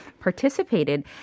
participated